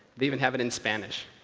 they even have it in spanish.